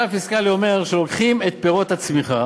הכלל הפיסקלי אומר שלוקחים את פירות הצמיחה,